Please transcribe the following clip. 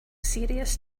serious